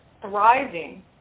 thriving